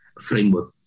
framework